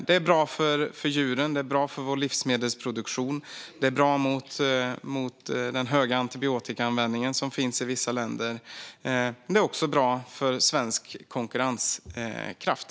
Det är bra för djuren och livsmedelsproduktionen, och det är bra i arbetet mot den höga antibiotikaanvändningen i vissa länder. Vidare är det bra för svensk konkurrenskraft.